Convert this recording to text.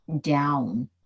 down